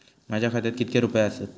माझ्या खात्यात कितके रुपये आसत?